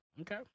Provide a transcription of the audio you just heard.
Okay